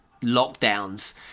lockdowns